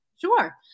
Sure